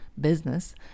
business